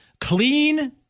clean